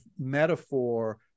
metaphor